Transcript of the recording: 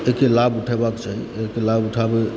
एहिके लाभ उठेबाके चाही एहिके लाभ उठाबय